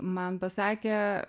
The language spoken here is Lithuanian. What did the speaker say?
man pasakė